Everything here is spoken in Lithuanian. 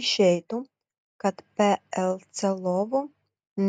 išeitų kad plc lovų